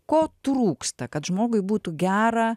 ko trūksta kad žmogui būtų gera